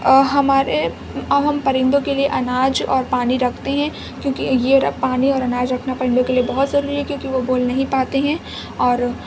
او ہمارے اور ہم پرندوں کے لیے اناج اور پانی رکھتے ہیں کیونکہ یہ رکھ پانے اور اناج رکھنا پرندوں کے لیے بہت ضروری ہے کیونکہ وہ بول نہیں پاتے ہیں اور